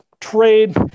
trade